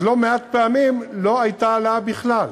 לא מעט פעמים לא הייתה העלאה בכלל.